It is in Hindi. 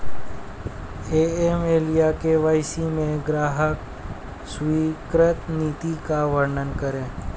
ए.एम.एल या के.वाई.सी में ग्राहक स्वीकृति नीति का वर्णन करें?